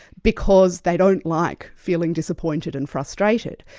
because they don't like feeling disappointed and frustrated.